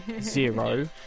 Zero